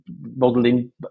modeling